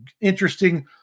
interesting